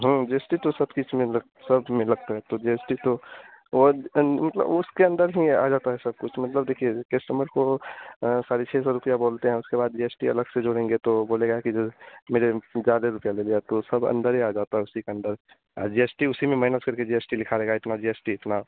हाँ G S T तो सबकी इसमें लग सबमें लगता है तो जी एस टी तो वह मतलब उसके अन्दर ही आ जाता है सबकुछ तो मतलब देखिए कस्टमर को साढ़े छह सौ रुपया बोलते हैं उसके बाद जी एस टी अलग से जोड़ेंगे तो वह बोलेगा कि जो मेरे ज़्यादा रुपया ले लिया तो सब अन्दर ही जाता है उसी के अन्दर जी एस टी उसी में मैनेज़ करके जी एस टी लिखा रहेगा इतना जी एस टी इतना